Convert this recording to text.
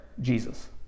Jesus